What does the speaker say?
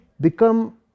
become